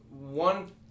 One